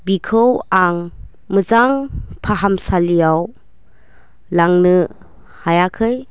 बिखौ आं मोजां फाहामसालियाव लांनो हायाखै